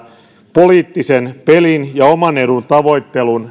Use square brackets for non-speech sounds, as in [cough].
poliittisen pelin ja oman edun tavoittelusta [unintelligible]